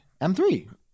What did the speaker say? M3